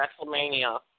WrestleMania